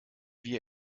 wir